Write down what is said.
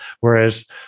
Whereas